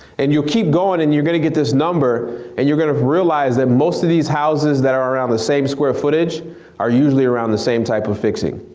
and you'll keep going and you're gonna get this number and you're gonna realize that most of these houses that around the same square footage are usually around the same type of fixing.